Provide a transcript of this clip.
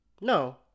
No